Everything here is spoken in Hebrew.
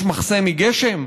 יש מחסה מגשם?